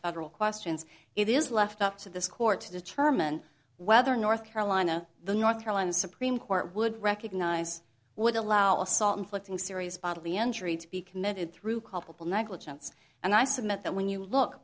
federal questions it is left up to this court to determine whether north carolina the north carolina supreme court would recognize would allow assault inflicting serious bodily injury to be committed through culpable negligence and i submit that when you look